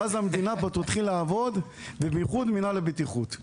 ואז המדינה תתחיל לעבוד וביחוד מינהל הבטיחות.